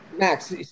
Max